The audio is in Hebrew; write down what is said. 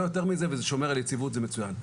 לא יותר מזה, וזה שומר על יציבות, זה מצויין.